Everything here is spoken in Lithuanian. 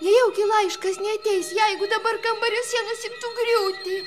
nejaugi laiškas neateis jeigu dabar kambario sienos imtų griūti